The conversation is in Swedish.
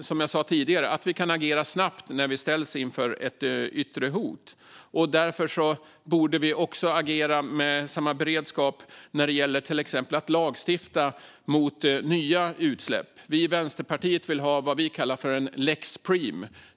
som jag sa tidigare, att vi kan agera snabbt när vi ställs inför ett yttre hot. Därför borde vi också agera med samma beredskap när det gäller till exempel att lagstifta mot nya utsläpp. Vi i Vänsterpartiet vill ha vad vi kallar en lex Preem.